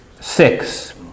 Six